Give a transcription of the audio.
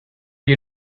you